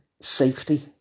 safety